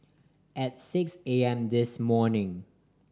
at six A M this morning